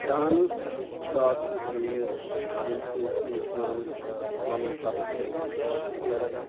dance چھُ اَکھ سُہ چیٖز ییٚمۍ سۭتۍ اِنسان پَنُن تَفریٖح چھُ حٲصِل کَران